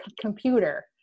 computer